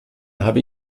habe